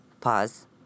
pause